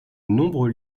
nombreux